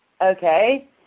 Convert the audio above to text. okay